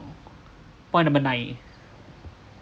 point number nine